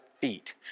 feet